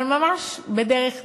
אבל ממש בדרך נס.